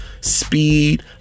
speed